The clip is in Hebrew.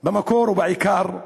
במקור ובעיקר,